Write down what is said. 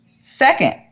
Second